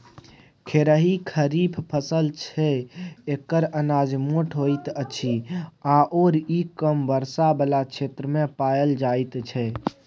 खेरही खरीफ फसल छै एकर अनाज मोट होइत अछि आओर ई कम वर्षा बला क्षेत्रमे पाएल जाइत छै